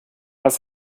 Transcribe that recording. was